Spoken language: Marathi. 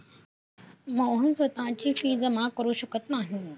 मोहन स्वतःची फी जमा करु शकत नाही